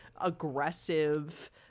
aggressive